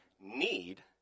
need